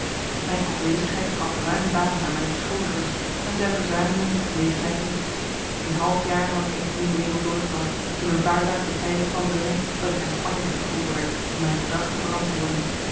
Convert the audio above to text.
mijn afwezigheid gaf ruim baan aan mijn beschuldigers en zij verzuimden de gelegenheid niet een half jaar had ik in de nieuwe wereld doorgebracht toen een vaartuig de tijding kwam brengen dat ik naar spanje teruggeroepen werd om mijn gedrag te verantwoorden